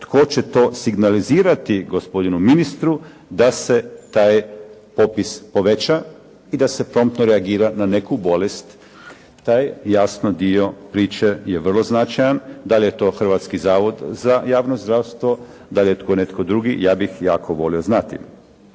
tko će to signalizirati gospodinu ministru da se taj popis poveća i da se promptno reagira na neku bolest. Taj, jasno dio priče je vrlo značajan. Da li je to Hrvatski zavod za javno zdravstvo, da li je to netko drugi, ja bih jako volio znati.